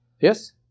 Yes